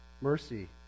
mercy